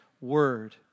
Word